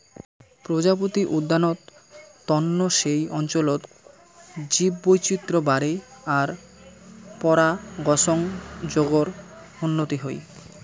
প্রজাপতি উদ্যানত তন্ন সেই অঞ্চলত জীববৈচিত্র বাড়ে আর পরাগসংযোগর উন্নতি হই